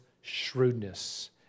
shrewdness